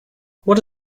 what